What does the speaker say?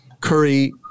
Curry